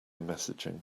messaging